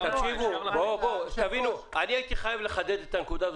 אני הייתי חייב לחדד את הנקודה הזאת.